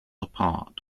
apart